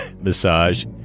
massage